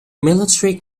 military